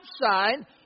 sign